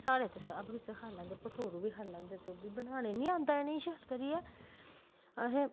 साढ़े त सब किश खाई लैंदे भठोरू बी खाई लैंदे ते बनाने निं दा इ'नें किश असैं